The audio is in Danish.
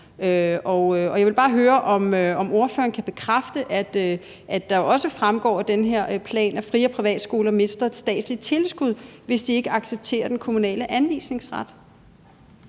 Jeg vil bare gerne, om ordføreren kan bekræfte, at det også fremgår af den her plan, at fri- og privatskoler mister et statsligt tilskud, hvis de ikke accepterer den kommunale anvisningsret.